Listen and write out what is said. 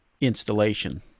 installation